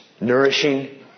nourishing